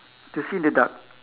to see in the dark